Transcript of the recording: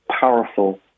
powerful